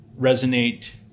resonate